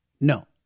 No